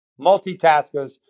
multitaskers